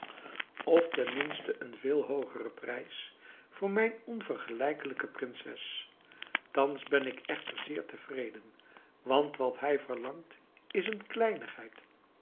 of ten minste een veel hoogeren prijs voor mijn onvergelijkelijke prinses thans ben ik echter zeer tevreden want wat hij verlangt is een kleinigheid